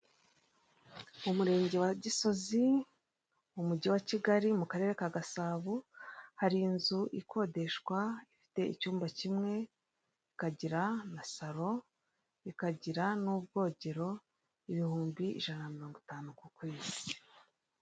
Mu murenge wa Gisozi mu mujyi wa Kigali, mu karere ka Gasabo, hari inzu ikodeshwa ifite icyumba kimwe, ikagira na saro, ikagira n'ubwogero, ibihumbi ijana na mirongo itanu ku kwezi.